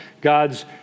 God's